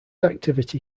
activity